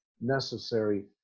necessary